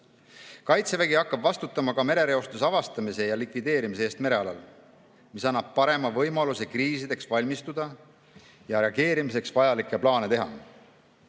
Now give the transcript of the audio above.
Kaitsevägi hakkab vastutama ka merereostuse avastamise ja likvideerimise eest merealal, mis annab parema võimaluse kriisideks valmistuda ja reageerimiseks vajalikke plaane teha.